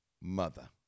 mother